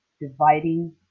dividing